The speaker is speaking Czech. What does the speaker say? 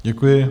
Děkuji.